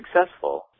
successful